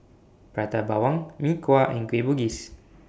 Prata Bawang Mee Kuah and Kueh Bugis